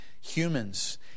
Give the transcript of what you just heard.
humans